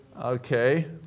Okay